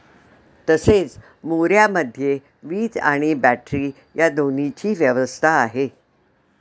तसेच मोऱ्यामध्ये वीज आणि बॅटरी या दोन्हीची व्यवस्था आहे